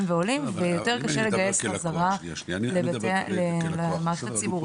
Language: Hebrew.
ועולים ויותר קשה לגייס בחזרה למערכת הציבורית.